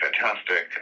fantastic